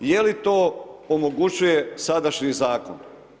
I je li to omogućuje sadašnji zakon.